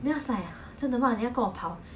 cause like all the muscles is just there